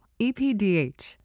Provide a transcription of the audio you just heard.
EPDH